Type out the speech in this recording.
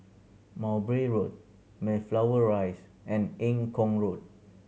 Mowbray Road Mayflower Rise and Eng Kong Road